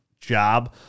job